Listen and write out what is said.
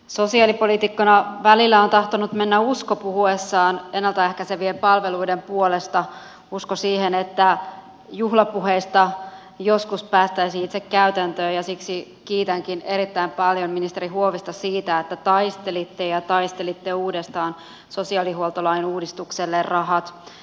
sosiaalipoliitikkona välillä on tahtonut mennä usko puhuessa ennalta ehkäisevien palveluiden puolesta usko siihen että joskus juhlapuheista päästäisiin itse käytäntöön ja siksi kiitänkin erittäin paljon ministeri huovista siitä että taistelitte ja taistelitte uudestaan sosiaalihuoltolain uudistukselle rahat